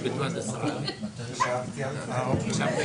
מבקש שהיועץ המשפטי ישתתף בשיח הזה.